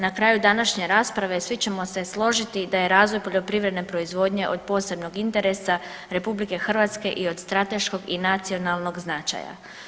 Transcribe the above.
Na kraju današnje rasprave svi ćemo se složiti da je razvoj poljoprivredne proizvodnje od posebnog interesa RH i od strateškog i nacionalnog značaja.